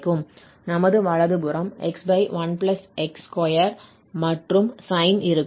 நமது வலது புறம் x1x2 மற்றும் சைன் இருக்கும்